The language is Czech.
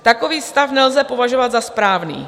Takový stav nelze považovat za správný.